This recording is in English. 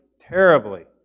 terribly